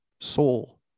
soul